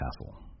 Castle